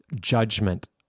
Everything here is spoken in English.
judgment